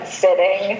sitting